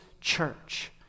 church